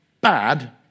bad